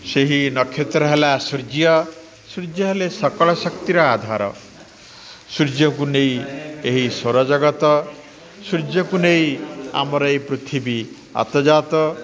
ସେହି ନକ୍ଷତ୍ର ହେଲା ସୂର୍ଯ୍ୟ ସୂର୍ଯ୍ୟ ହେଲେ ସକଳ ଶକ୍ତିର ଆଧାର ସୂର୍ଯ୍ୟକୁ ନେଇ ଏହି ସୌରଜଗତ ସୂର୍ଯ୍ୟକୁ ନେଇ ଆମର ଏହି ପୃଥିବୀ ଆତଜାତ